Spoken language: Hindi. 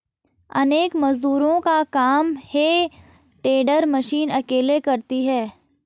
अनेक मजदूरों का काम हे टेडर मशीन अकेले करती है